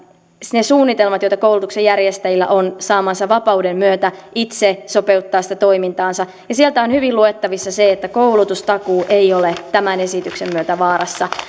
ne suunnitelmat joita koulutuksen järjestäjillä on saamansa vapauden myötä itse sopeuttaa sitä toimintaansa sieltä on hyvin luettavissa se että koulutustakuu ei ole tämän esityksen myötä vaarassa